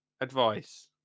advice